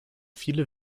viele